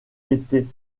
était